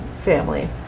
family